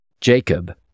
Jacob